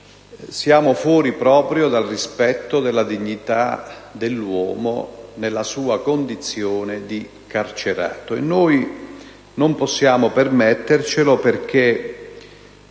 siamo proprio fuori dal rispetto della dignità dell'uomo nella sua condizione di carcerato. E noi non possiamo permettercelo perché,